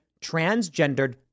transgendered